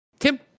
Tim